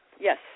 yes